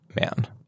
man